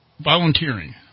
Volunteering